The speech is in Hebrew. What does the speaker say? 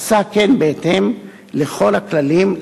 עשה כן בהתאם לכל הכללים,